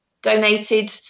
donated